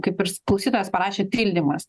kaip irs klausytojas parašė tildymas